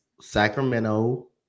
Sacramento